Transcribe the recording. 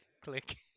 Click